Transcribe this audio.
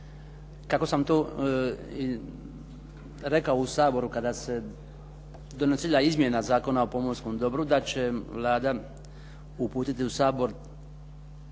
kako sam tu rekao u Saboru kada se donosila izmjena Zakona o pomorskom dobru da će Vlada uputiti u Sabor,